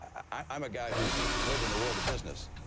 i'm a guy who has lived in the world of business.